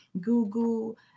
google